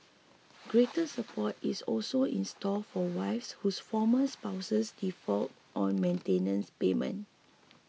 greater support is also in store for wives whose former spouses default on maintenance payments